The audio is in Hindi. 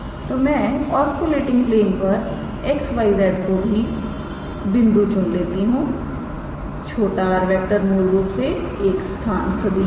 तोमैं ऑस्किलेटिंग प्लेन पर 𝑋 𝑌 𝑍 कोई भी बिंदु चुन लेता हूं𝑟⃗ मूल रूप से एक स्थान सदिश है